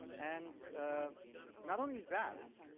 and not only that,